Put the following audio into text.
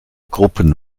gruppen